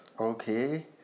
Okay